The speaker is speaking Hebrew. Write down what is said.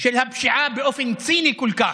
של הפשיעה באופן ציני כל כך,